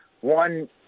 one